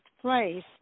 place